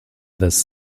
this